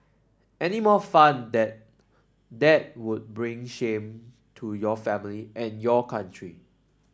any more fun that that would bring shame to your family and your country